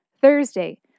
Thursday